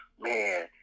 man